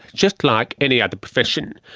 just like any other profession.